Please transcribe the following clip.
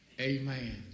amen